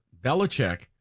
Belichick